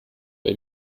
bei